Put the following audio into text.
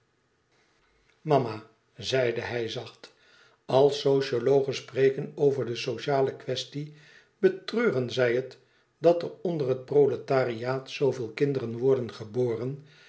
mama zeide hij zacht als sociologen spreken over de sociale quaestie betreuren zij het dat er onder het proletariaat zooveel kinderen worden geboren